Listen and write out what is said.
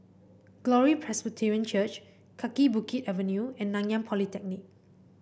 Glory Presbyterian Church Kaki Bukit Avenue and Nanyang Polytechnic